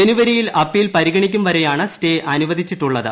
ജനുവരിയിൽ അപ്പീൽ പരിഗണിക്കും വരെയാണ് ് സ്റ്റേ അനുവദിച്ചിട്ടുള്ളത്